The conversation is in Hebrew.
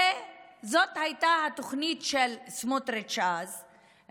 זו הייתה התוכנית של סמוטריץ' אז,